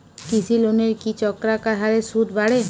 কৃষি লোনের কি চক্রাকার হারে সুদ বাড়ে?